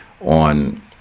on